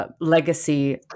legacy